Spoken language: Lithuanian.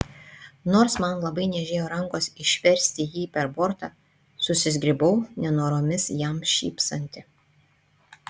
nors man labai niežėjo rankos išversti jį per bortą susizgribau nenoromis jam šypsanti